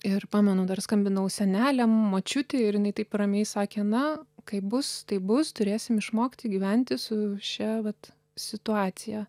ir pamenu dar skambinau seneliam močiutei ir jinai taip ramiai sakė na kaip bus taip bus turėsim išmokti gyventi su šia vat situacija